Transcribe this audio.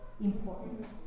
important